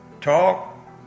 talk